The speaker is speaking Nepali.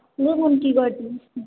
लेमन टी गरिदिनुहोस् न